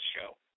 show